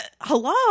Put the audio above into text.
hello